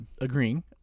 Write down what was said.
agreeing